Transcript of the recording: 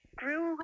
grew